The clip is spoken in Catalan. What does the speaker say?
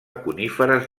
coníferes